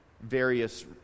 Various